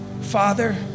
Father